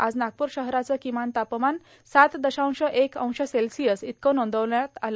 आज नागपूर शहराचं किमान तापमान सात दशांश एक अंश सेल्सिअस इतकं नोंदवलं गेलं